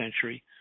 century